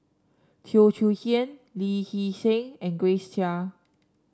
Teo Chee Hean Lee Hee Seng and Grace Chia